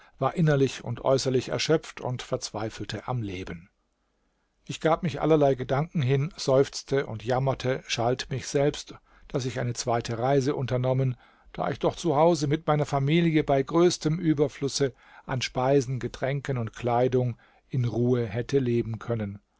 war innerlich und äußerlich erschöpft und verzweifelte am leben ich gab mich allerlei gedanken hin seufzte und jammerte schalt mich selbst daß ich eine zweite reise unternommen da ich doch zu hause mit meiner familie bei größtem überflusse an speisen getränken und kleidung in ruhe hätte leben können